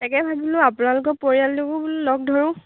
তাকে ভাবিলোঁ আপোনালোকৰ পৰিয়ালটোকো বোলো লগ ধৰোঁ